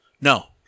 No